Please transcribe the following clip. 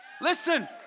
Listen